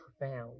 profound